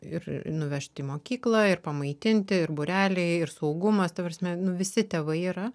ir nuvežt į mokyklą ir pamaitinti ir būreliai ir saugumas ta prasme nu visi tėvai yra